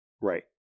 Right